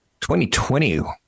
2020